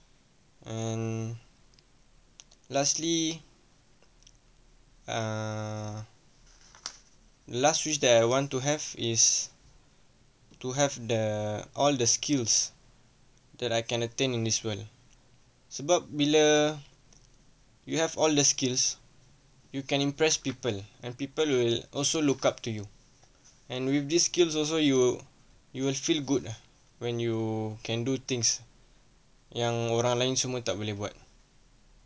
and lastly err the last wish that I want to have is to have the all the skills that I can attain in this world sebab bila you have all the skills you can impress people and people will also look up to you and with these skills also you you will feel good ah when you can do things yang orang lain semua tak boleh buat